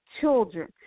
children